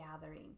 gathering